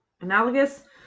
analogous